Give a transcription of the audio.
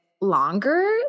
longer